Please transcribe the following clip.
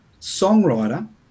songwriter